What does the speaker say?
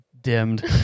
dimmed